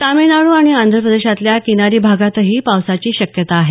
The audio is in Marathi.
तमिळनाडू आणि आंध्र प्रदेशाच्या किनारी भागातही पावसाची शक्यता आहे